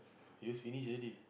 use finish already